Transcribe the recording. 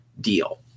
deal